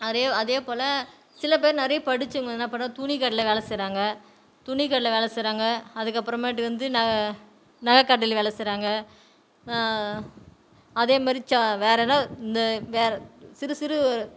நிறைய அதே போல் சில பேர் நிறைய படிச்சவுங்க என்ன பண்ணுறாங்க துணி கடையில் வேலை செய்கிறாங்க துணி கடையில் வேலை செய்றாங்க அதுக்கு அப்புறமேட்டு வந்து ந நகை கடையில் வேலை செய்கிறாங்க அதே மாரி சா வேறே எதனா இந்த வேறே சிறு சிறு